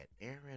Aaron